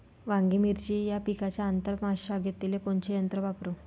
वांगे, मिरची या पिकाच्या आंतर मशागतीले कोनचे यंत्र वापरू?